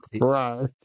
Right